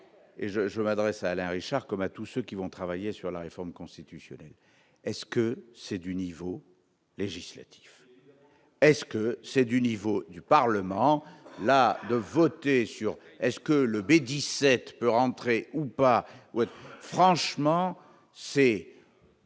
je je m'adresse à Alain Richard, comme à tous ceux qui vont travailler sur la réforme constitutionnelle est-ce que c'est du niveau législatif est-ce que c'est du niveau du Parlement la de voter sur est-ce que le B 17 heures entrée ou pas, franchement c'est.